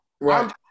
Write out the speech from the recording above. right